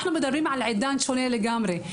אנחנו מדברים על עידן שונה לגמרי,